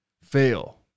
fail